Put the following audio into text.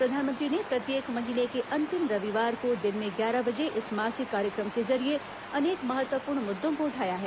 प्रधानमंत्री ने प्रत्येक महीने के अंतिम रविवार को दिन में ग्यारह बजे इस मासिक कार्यक्रम के जरिये अनेक महत्वपूर्ण मुद्दों को उठाया है